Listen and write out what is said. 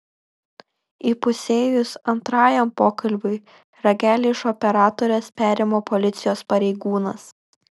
įpusėjus antrajam pokalbiui ragelį iš operatorės perima policijos pareigūnas